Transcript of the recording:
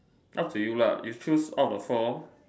up to you lah you choose out of the four